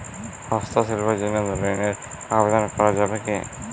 হস্তশিল্পের জন্য ঋনের আবেদন করা যাবে কি?